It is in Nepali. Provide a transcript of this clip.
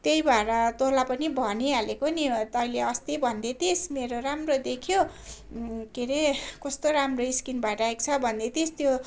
त्यही भएर तँलाई पनि भनिहालेको नि तैँले अस्ति भन्दैथिइस् मेरो राम्रो देखियो के अरे कस्तो राम्रो स्किन भइरहेछ भन्दैथिइस् त्यो